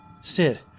Sid